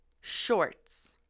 shorts